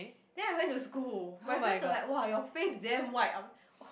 then I went to school my friends were like !wah! your face damn white